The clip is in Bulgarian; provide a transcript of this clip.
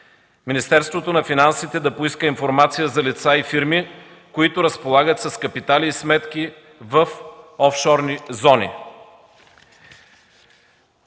Министерството на финансите да поиска информация за лица и фирми, които разполагат с капитали и сметки в офшорни зони.